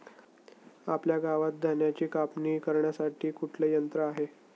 आपल्या गावात धन्याची कापणी करण्यासाठी कुठले यंत्र आहे?